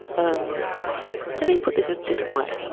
um let me put this a different way.